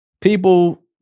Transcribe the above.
people